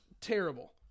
terrible